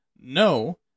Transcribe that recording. no